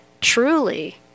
truly